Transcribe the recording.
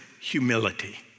humility